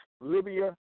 Libya